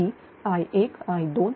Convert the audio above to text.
ती I1I2I3